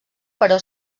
però